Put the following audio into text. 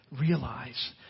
realize